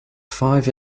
five